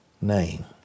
name